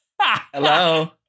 hello